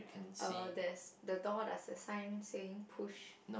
uh there's the door does the sign saying push